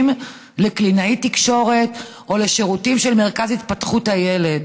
לקלינאית תקשורת או לשירותים של המרכז להתפתחות הילד.